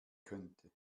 könnte